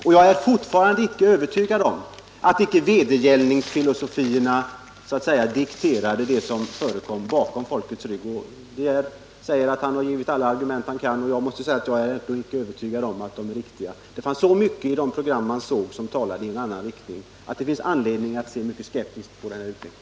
Jag är fortfarande icke övertygad om att inte vedergällningsfilosofierna så att saga dikterade det som förekom bakom folkets rygg. Lars DE Geer säger att han har givit alla argument som han kan ge, men jag är inte övertygad om att de är riktiga. Det fanns så mycket i det program som man såg som talade i en annan riktning, att det finns anledning att se mycket skeptiskt på denna utveckling.